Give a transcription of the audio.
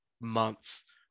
months